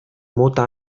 mota